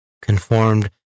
Conformed